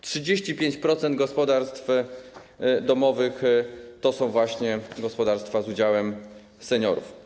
35% gospodarstw domowych stanowią właśnie gospodarstwa z udziałem seniorów.